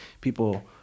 people